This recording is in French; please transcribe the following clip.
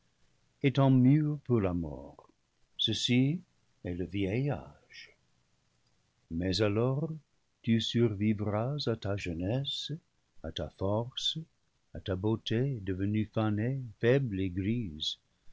étant mûr pour la mort ceci est le vieil âge mais alors tu survivras à ta jeunesse à ta force à ta beauté devenue fanée faible et grise